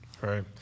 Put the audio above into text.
Right